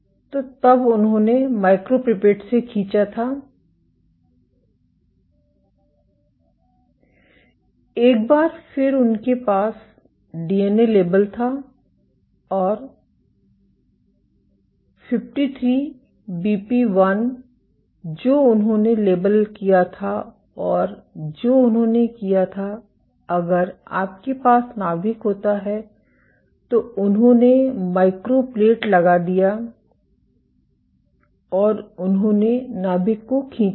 तो तब उन्होंने मिक्रोपीपेट से खींचा था एक बार फिर उनके पास डीएनए लेबल था और 53बीपी1 जो उन्होंने लेबल किया था और जो उन्होंने किया था अगर आपके पास नाभिक होता है तो उन्होंने माइक्रोप्लेट लगा दिया और उन्होंने नाभिक को खींचा